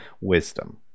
wisdom